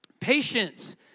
Patience